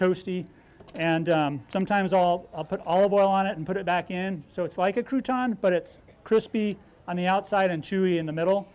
toasty and sometimes all i'll put all of oil on it and put it back in so it's like a crew john but it's crispy on the outside and chewy in the middle